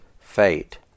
fate